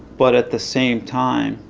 but at the same time,